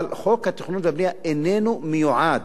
אבל חוק התכנון הבנייה איננו מיועד